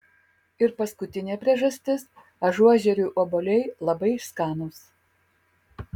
ir paskutinė priežastis ažuožerių obuoliai labai skanūs